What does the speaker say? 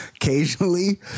occasionally